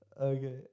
Okay